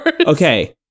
Okay